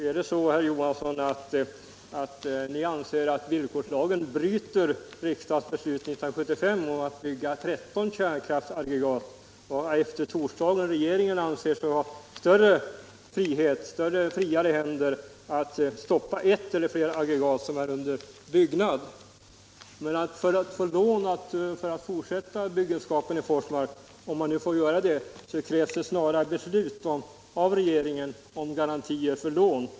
Är det så, herr Johansson, att ni anser att villkorslagen bryter riksdagsbeslutet av år 1975 att bygga 13 kärnkraftsaggregat och att regeringen efter torsdagen anser sig ha friare händer att stoppa ett eller flera aggregat som är under byggande? För att kraftföretaget skall få lån för att fortsätta byggenskapen i Forsmark — om man nu får göra det — krävs det snarast beslut av regeringen om garantier för detta lån.